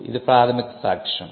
ఇది ప్రాథమిక సాక్ష్యం